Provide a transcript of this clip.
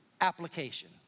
Application